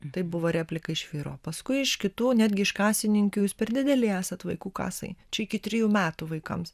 tai buvo replika iš vyro paskui iš kitų netgi iš kasininkių jūs per dideli esat vaikų kasai čia iki trijų metų vaikams